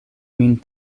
min